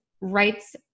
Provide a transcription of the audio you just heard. rights